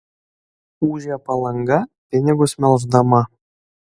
ūžia palanga pinigus melždama